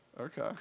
Okay